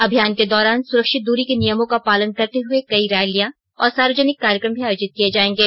अभियान के दौरान सुरक्षित दूरी के नियमों का पालन करते हुए कई रैलियां और सार्वजनिक कार्यक्रम भी आयोजित किए जाएंगे